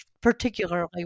particularly